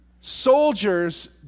Soldiers